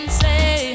say